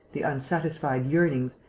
the unsatisfied yearnings,